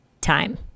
time